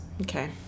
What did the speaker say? Okay